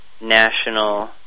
national